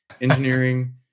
engineering